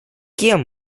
кем